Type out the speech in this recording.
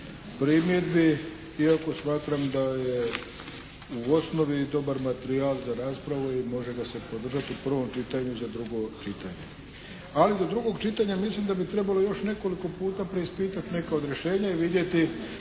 primjedbi, iako smatram da je u osnovi dobar materijal za raspravu i može ga se podržati u prvom čitanju za drugo čitanje. Ali do drugog čitanja mislim da bi trebalo još nekoliko puta preispitati neka od rješenja i vidjeti